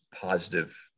positive